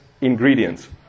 ingredients